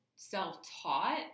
self-taught